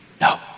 No